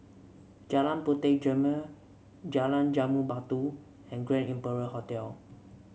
Jalan Puteh Jerneh Jalan Jambu Batu and Grand Imperial Hotel